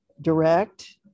direct